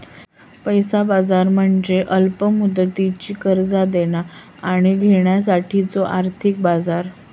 पैसा बाजार म्हणजे अल्प मुदतीची कर्जा देणा आणि घेण्यासाठीचो आर्थिक बाजार